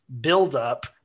buildup